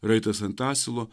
raitas ant asilo